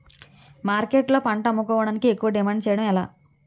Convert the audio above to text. మార్కెట్లో పంట అమ్ముకోడానికి ఎక్కువ డిమాండ్ చేయడం ఎలా?